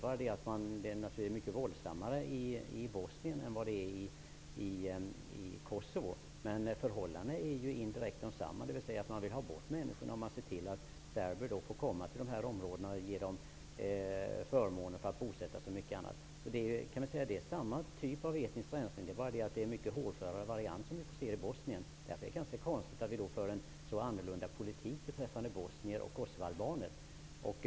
Men den är naturligtvis mycket våldsammare i Bosnien än i Kosovo. Förhållandena är desamma, dvs. att man vill ha bort vissa människor. Man ser till att serber får komma till vissa områden och de får förmåner för att bosätta sig där m.m. Det är samma typ av etnisk rensning. I Bosnien får vi dock se en mera hårdför variant. Det är ganska konstigt att vi för olika politik för bosnier och kosovoalbaner.